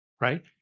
right